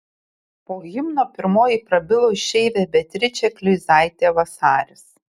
po himno pirmoji prabilo išeivė beatričė kleizaitė vasaris